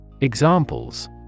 Examples